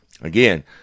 Again